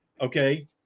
okay